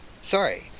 Sorry